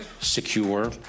secure